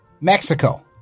Mexico